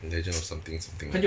legend of something something